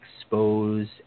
expose